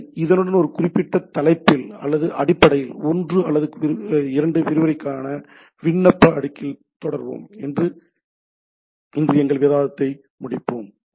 எனவே இதனுடன் இந்த குறிப்பிட்ட தலைப்பில் அல்லது அடிப்படையில் ஒன்று அல்லது இரண்டு விரிவுரைகளுக்கான விண்ணப்ப அடுக்கில் தொடருவோம் என்று இன்று எங்கள் விவாதத்தை முடிப்போம்